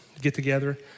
get-together